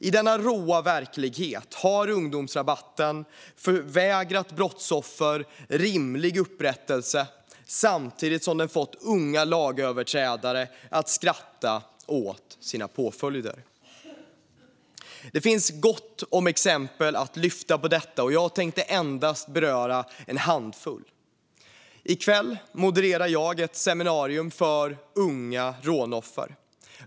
I denna råa verklighet har ungdomsrabatten förvägrat brottsoffer rimlig upprättelse, samtidigt som den fått unga lagöverträdare att skratta åt sina påföljder. Det finns gott om exempel på detta att lyfta fram, och jag tänker endast beröra en handfull. I kväll modererar jag ett seminarium för unga rånoffer.